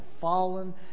fallen